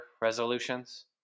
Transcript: resolutions